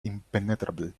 impenetrable